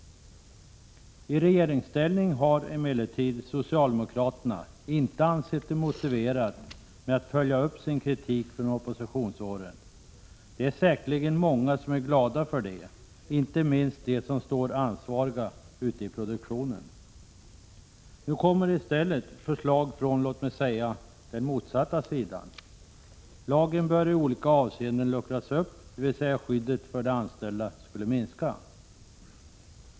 I regeringsställning har emellertid socialdemokraterna inte ansett det motiverat att följa upp sin kritik från oppositionsåren. Det är säkerligen många som är glada för det, inte minst de ansvariga ute i produktionen. Nu kommer i stället förslag från låt mig säga den motsatta sidan. Lagen bör iolika avseenden luckras upp, dvs. skyddet för de anställda skall minska.